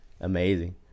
Amazing